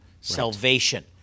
salvation